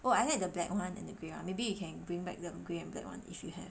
oh I like the black one and the grey one maybe you can bring back the grey and black one if you have